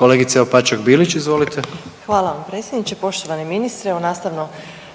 izvolite. **Opačak Bilić, Marina (Nezavisni)** Hvala vam predsjedniče. Poštovani ministre, evo nastavno